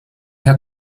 herr